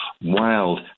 wild